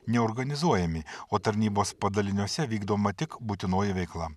neorganizuojami o tarnybos padaliniuose vykdoma tik būtinoji veikla